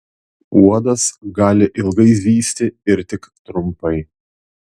uodas gali ilgai zyzti ir tik trumpai